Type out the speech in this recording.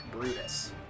Brutus